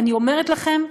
אני אומרת לכם,